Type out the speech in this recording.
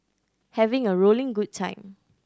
having a rolling good time